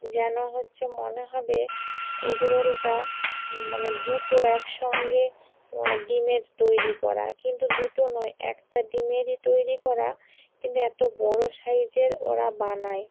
যেন হচ্ছে মনে হবে এগরোলটা মানে দুটো একসঙ্গে ডিমের তৈরি করা কিন্তু দুটো নয় একটা ডিমেরই তৈরি করা কিন্তু এত বড় সাইজের ওরা বানায়